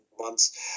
months